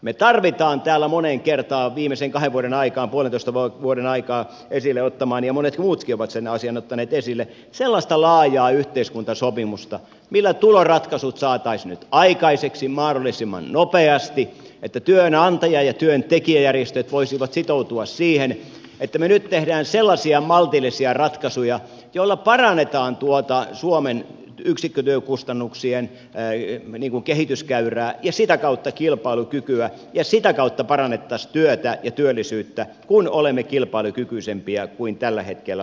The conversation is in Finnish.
me tarvitsemme täällä moneen kertaan viimeisen kahden vuoden aikaan puolentoista vuoden aikaan esille ottamaani ja monet muutkin ovat sen asian ottaneet esille sellaista laajaa yhteiskuntasopimusta millä tuloratkaisut saataisiin nyt aikaiseksi mahdollisimman nopeasti niin että työnantaja ja työntekijäjärjestöt voisivat sitoutua siihen että me nyt teemme sellaisia maltillisia ratkaisuja joilla parannetaan tuota suomen yksikkötyökustannuksien kehityskäyrää ja sitä kautta kilpailukykyä ja sitä kautta parannettaisiin työtä ja työllisyyttä kun olemme kilpailukykyisempiä kuin tällä hetkellä olemme